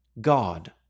God